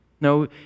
No